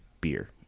beer